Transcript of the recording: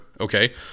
okay